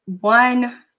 one